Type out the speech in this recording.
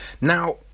Now